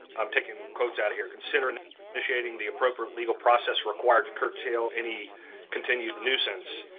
i'm taking quotes out of here, consider and initiating the appropriate legal process required to curtail any continued nuisance.